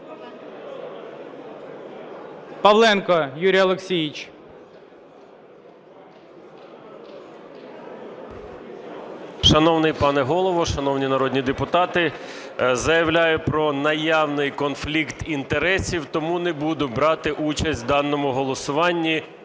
Павленко Юрій Олексійович.